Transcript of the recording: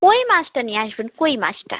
কই মাছটা নিয়ে আসবেন কই মাছটা